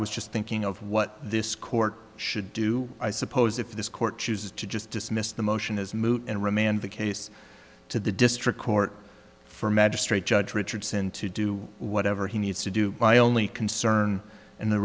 was just thinking of what this court should do i suppose if this court chooses to just dismiss the motion is moot and remand the case to the district court for magistrate judge richardson to do whatever he needs to do my only concern and the